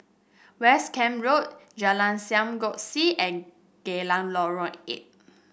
West Camp Road Jalan Sam Kongsi and Geylang Lorong Eight